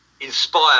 Inspire